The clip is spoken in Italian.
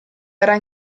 era